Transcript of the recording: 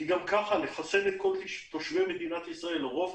כי גם כך לחסן את כל תושבי מדינת ישראל